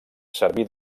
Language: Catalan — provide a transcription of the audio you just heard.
serví